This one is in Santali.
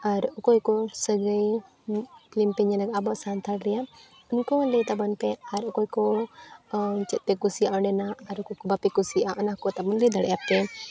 ᱟᱨ ᱚᱠᱚᱭ ᱠᱚ ᱥᱟᱹᱜᱟᱹᱭ ᱯᱷᱤᱞᱤᱢ ᱯᱮ ᱧᱮᱞ ᱠᱟᱜᱼᱟ ᱟᱵᱚ ᱥᱟᱱᱛᱷᱟᱞᱤᱭᱟᱜ ᱩᱱᱠᱩ ᱦᱚᱸ ᱞᱟᱹᱭ ᱛᱟᱵᱚᱱ ᱯᱮ ᱟᱨ ᱚᱠᱚᱭ ᱠᱚ ᱪᱮᱫ ᱯᱮ ᱠᱩᱥᱤᱭᱟᱜᱼᱟ ᱚᱸᱰᱮᱱᱟᱜ ᱟᱨ ᱚᱠᱚᱭ ᱠᱚ ᱵᱟᱯᱮ ᱠᱩᱥᱤᱭᱟᱜᱼᱟ ᱚᱱᱟ ᱠᱚ ᱛᱟᱵᱚᱱ ᱞᱟᱹᱭ ᱫᱟᱲᱮᱭᱟᱜᱼᱟ ᱯᱮ